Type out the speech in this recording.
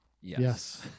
Yes